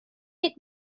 hit